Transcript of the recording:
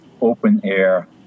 open-air